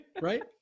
right